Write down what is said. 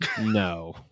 No